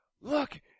look